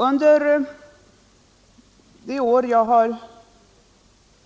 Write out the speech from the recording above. Under de år som